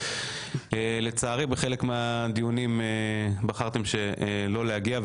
לצערי בחלק מהדיונים בחרתם שלא להגיע,